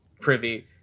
privy